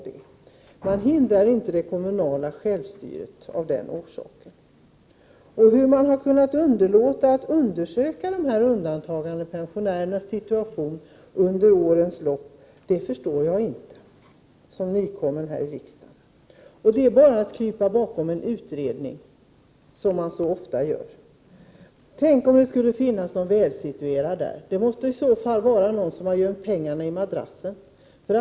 Det hindrar inte det kommunala självstyret. Hur man har kunnat underlåta att undersöka undantagandepensionärernas situation under årens lopp förstår jag, som nykommen här i riksdagen, inte. Man kryper bara, som så ofta, bakom en utredning. Tänk om det skulle finnas någon välsituerad på orten. Det måste i så fall vara någon som har gömt pengarna i madrassen.